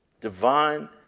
Divine